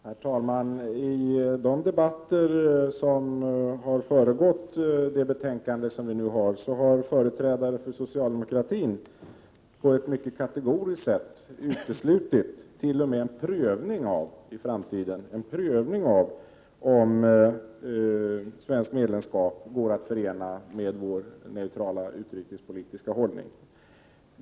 Herr talman! I de debatter som har föregått det betänkande som vi nu behandlar har företrädare för socialdemokratin på ett mycket kategoriskt sätt uteslutit t.o.m. en framtida prövning av om ett svenskt medlemskap går att förena med vår neutrala utrikespolitiska hållning.